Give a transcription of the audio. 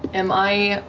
am i,